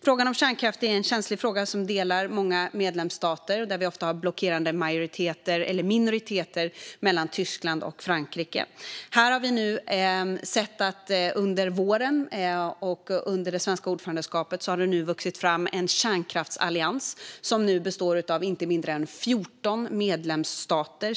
Frågan om kärnkraft är en känslig fråga som delar många medlemsstater, där vi ofta har blockerande minoriteter mellan Tyskland och Frankrike. Vi har under våren och under det svenska ordförandeskapet sett att det har vuxit fram en kärnkraftsallians som nu består av inte mindre än 14 medlemsstater.